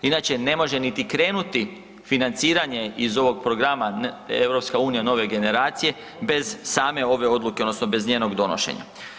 Inače ne može niti krenuti financiranje iz ovog programa EU Nove generacije bez same ove odluke odnosno bez njenog donošenja.